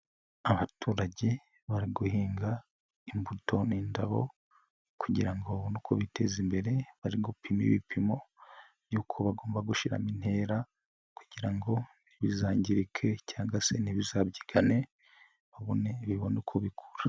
Abaturage bari guhinga, imbuto n'indabo kugira ngo babone uko biteza imbere, bari gupima ibipimo by'uko bagomba gushiramo intera kugira ngo ntibizangirike cyangwa se ntibizabyigane, bibone uko bikura.